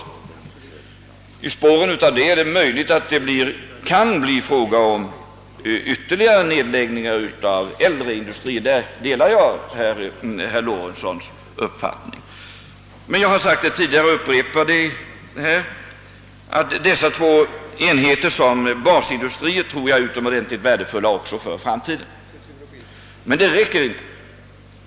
Det är möjligt att det i spåren av denna utveckling kan bli fråga om ytterligare nedläggningar av äldre industrier — därvidlag delar jag herr Lorentzons uppfattning. Jag har sagt tidigare och upprepar här att jag tror att dessa två enheter som basindustrier är utomordentligt värdefulla också för framtiden. Men det räcker inte.